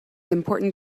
important